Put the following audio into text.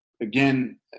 again